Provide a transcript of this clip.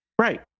Right